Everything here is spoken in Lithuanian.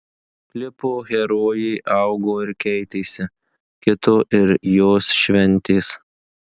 klipo herojė augo ir keitėsi kito ir jos šventės